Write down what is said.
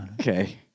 Okay